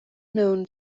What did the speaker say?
known